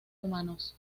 humanos